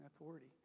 authority